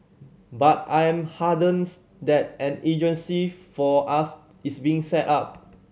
but I'm heartens that an agency for us is being set up